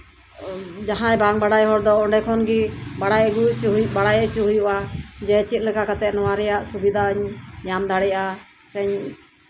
ᱡᱟᱦᱟᱸᱭ ᱵᱟᱝ ᱵᱟᱲᱟᱭ ᱦᱚᱲ ᱫᱚ ᱚᱸᱰᱮ ᱠᱷᱚᱱᱜᱮ ᱵᱟᱲᱟᱭ ᱦᱚᱪᱚ ᱦᱩᱭᱩᱜᱼᱟ ᱡᱮ ᱪᱮᱫ ᱞᱮᱠᱟ ᱠᱟᱛᱮᱜ ᱱᱚᱣᱟ ᱨᱮᱭᱟᱜ ᱥᱩᱵᱤᱫᱷᱟᱧ ᱧᱟᱢ ᱫᱟᱲᱮᱭᱟᱜᱼᱟ ᱥᱮᱧ